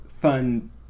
fun